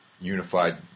unified